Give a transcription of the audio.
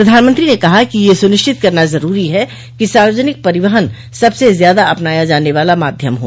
प्रधानमंत्री ने कहा कि यह सुनिश्चित करना जरूरी है कि सार्वजनिक परिवहन सबसे ज्यादा अपनाया जाने वाला माध्यम हो